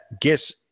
Guess